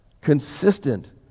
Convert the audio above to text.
consistent